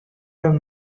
have